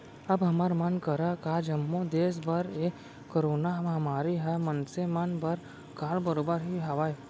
अब हमर मन करा का जम्मो देस बर ए करोना महामारी ह मनसे मन बर काल बरोबर ही हावय